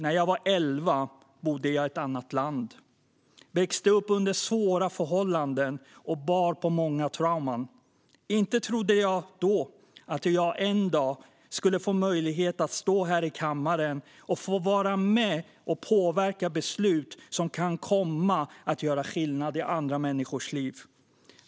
När jag var elva år bodde jag i ett annat land, växte upp under svåra förhållanden och bar på många trauman. Inte trodde jag då att jag en dag skulle få möjlighet att stå här i kammaren och få vara med och påverka beslut som kan komma att göra skillnad i andra människors liv.